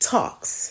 Talks